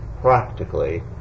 practically